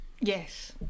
Yes